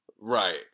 Right